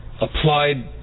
applied